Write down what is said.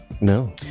No